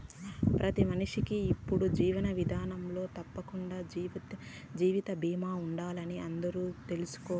ప్రతి మనిషికీ ఇప్పటి జీవన విదానంలో తప్పకండా జీవిత బీమా ఉండాలని అందరూ తెల్సుకోవాలి